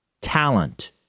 talent